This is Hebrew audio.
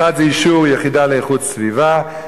אחד זה אישור יחידה לאיכות סביבה,